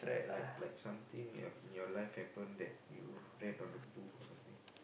like like something you have in your life happen that you depend on the book or something